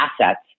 assets